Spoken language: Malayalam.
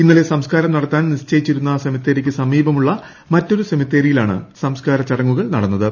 ഇന്നലെ സംസ്കാരം നടത്താൻ നിശ്ചയിച്ചിരുന്ന സെമിത്തേരിക്ക് സമീപമുള്ള മറ്റൊരു സെമിത്തേരിയിലാണ് സംസ്കാര ചടങ്ങുകൾ നടന്നത്